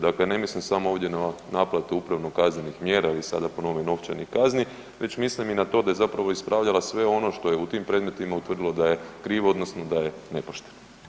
Dakle, ne mislim samo ovdje na naplatu upravno-kaznenih mjera i sada po novom novčanih kazni, već mislim i na to da je zapravo ispravljala sve ono što je u tim predmetima utvrdilo da je krivo odnosno da je nepošteno.